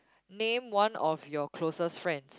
name one of your closest friends